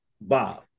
Bob